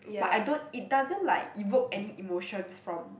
but I don't it doesn't like evoke any emotions from